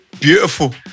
Beautiful